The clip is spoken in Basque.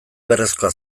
beharrezkoa